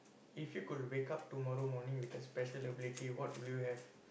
if you could wake up tomorrow morning with a special ability what would you have